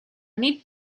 need